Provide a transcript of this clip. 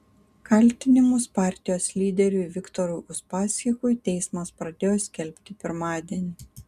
kaltinimus partijos lyderiui viktorui uspaskichui teismas pradėjo skelbti pirmadienį